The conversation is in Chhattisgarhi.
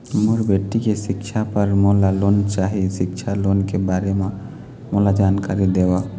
मोर बेटी के सिक्छा पर मोला लोन चाही सिक्छा लोन के बारे म मोला जानकारी देव?